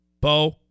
Bo